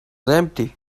empty